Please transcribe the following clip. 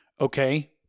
okay